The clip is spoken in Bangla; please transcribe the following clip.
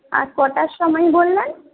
আর কটার সময় বললেন